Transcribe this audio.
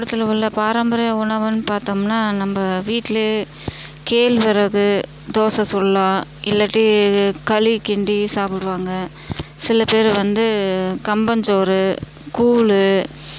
மாவட்டத்தில் உள்ள பாரம்பரிய உணவுனு பார்த்தோம்னா நம்ப வீட்டிலையே கேழ்வரகு தோசை சுடலாம் இல்லாட்டி களி கிண்டி சாப்பிடுவாங்க சில பேர் வந்து கம்பம் சோறு கூழ்